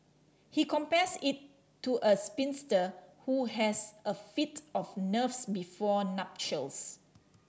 he compares it to a spinster who has a fit of nerves before nuptials